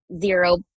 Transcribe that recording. zero